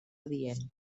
adient